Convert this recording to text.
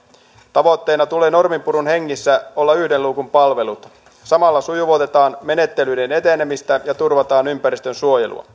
tavoitteena tulee norminpurun hengessä olla yhden luukun palvelut samalla sujuvoitetaan menettelyiden etenemistä ja turvataan ympäristönsuojelua